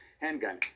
handgun